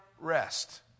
rest